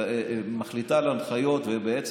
מחליטה על הנחיות ובעצם